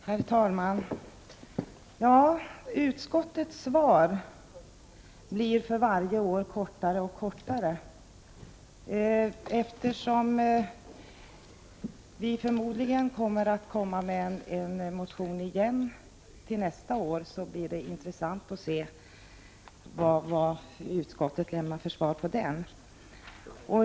Herr talman! Utskottets svar blir för varje år kortare och kortare. Vi kommer förmodligen att komma med en motion till nästa år igen, och det skall bli intressant att se vad utskottet lämnar för svar på den.